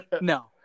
No